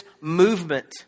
movement